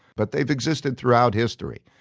but they've existed throughout history.